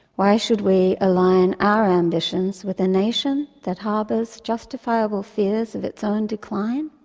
why should we align our ambitions with a nation that harbours justifiable fears of its own decline,